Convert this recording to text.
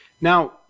Now